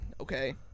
okay